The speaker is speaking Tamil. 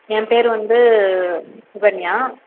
என் பேர் வந்து சுகன்யா